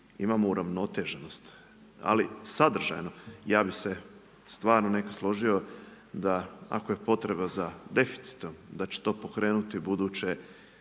imamo uravnoteženost. Ali, sadržajno i ja bi se stvarno ne bi složio, ako je potreba za deficitom, da će to pokrenuti